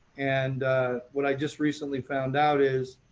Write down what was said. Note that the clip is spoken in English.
and what i just recently found out is,